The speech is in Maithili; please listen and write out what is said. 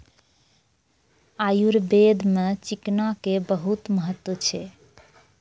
आयुर्वेद मॅ चिकना के बहुत महत्व छै